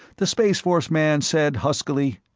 the spaceforce man said huskily.